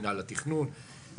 מינהל התכנון,